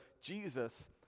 Jesus